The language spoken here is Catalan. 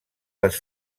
les